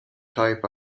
type